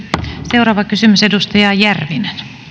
seuraava kysymys edustaja järvinen